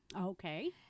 Okay